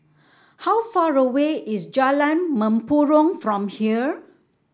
how far away is Jalan Mempurong from here